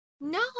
No